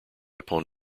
upon